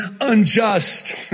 unjust